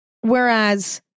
Whereas